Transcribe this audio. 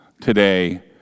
today